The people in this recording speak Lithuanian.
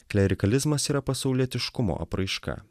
klerikalizmas yra pasaulietiškumo apraiška